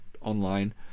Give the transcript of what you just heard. online